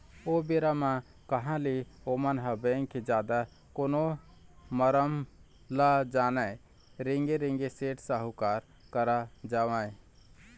ओ बेरा म कहाँ ले ओमन ह बेंक के जादा कोनो मरम ल जानय रेंगे रेंगे सेठ साहूकार करा जावय